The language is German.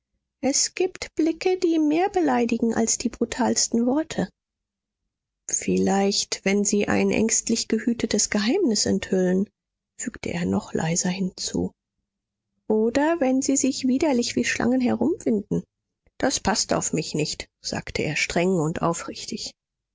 es gibt blicke die mehr beleidigen als die brutalsten worte vielleicht wenn sie ein ängstlich gehütetes geheimnis enthüllen fügte er noch leiser hinzu oder wenn sie sich widerlich wie schlangen herumwinden das paßt auf mich nicht sagte er streng und aufrichtig